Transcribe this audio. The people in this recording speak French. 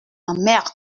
emmerde